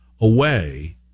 away